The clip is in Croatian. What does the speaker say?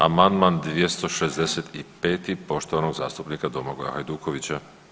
Amandman 265. poštovanog zastupnika Domagoja Hajdukovića.